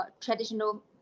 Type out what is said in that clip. traditional